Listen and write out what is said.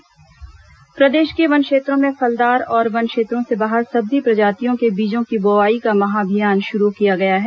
बीज बोआई महाभियान प्रदेश के वन क्षेत्रों में फलदार और वन क्षेत्रों से बाहर सब्जी प्रजातियों के बीजों की बोआई का महाअभियान शुरू किया गया है